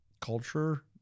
culture